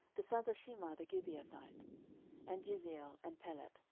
the sons of shemaah the gibeathite and jeziel, and pelet,